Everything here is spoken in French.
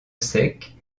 sec